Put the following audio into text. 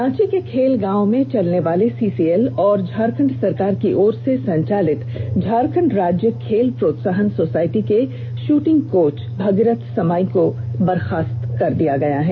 रांची के खेलगांव में चलने वाले सीसीएल और झारखण्ड सरकार की ओर से संचालित झारखण्ड राज्य खेल प्रोत्साहन सोसाइटी के षुटिंग कोच भगीरथ समाई को बर्खास्त कर दिया गया है